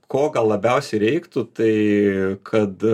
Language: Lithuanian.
ko gal labiausiai reiktų tai kad